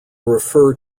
refer